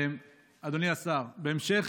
אדוני השר, בהמשך